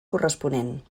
corresponent